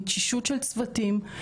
מתשישות של צוותים,